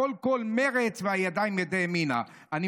הקול קול מרצ והידיים ידי ימינה." נא לסיים.